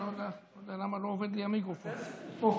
אוסאמה,